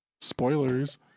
spoilers